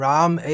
Ram